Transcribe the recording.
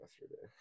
yesterday